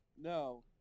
No